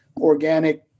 organic